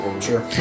Sure